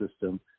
system